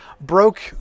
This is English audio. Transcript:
broke